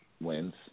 wins